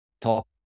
top